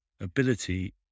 ability